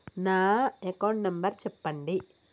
నా account number చెప్పండి?